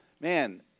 man